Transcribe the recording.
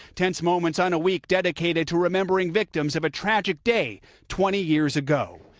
tense moments on a week dedicated to remembering victims of a tragic day twenty years ago.